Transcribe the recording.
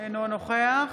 אינו נוכח